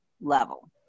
level